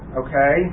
okay